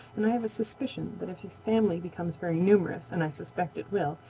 and i have a suspicion that if his family becomes very numerous, and i suspect it will,